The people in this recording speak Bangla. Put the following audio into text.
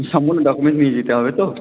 সম্পূর্ণ ডকুমেন্টস নিয়ে যেতে হবে তো